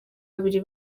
babiri